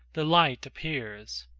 the light appears.